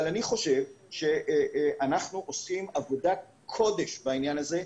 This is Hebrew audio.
אבל אני חושב שאנחנו עושים עבודת קודש בעניין הזה.